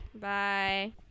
Bye